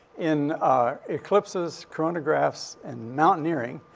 in eclipses, chronographs and mountaineering,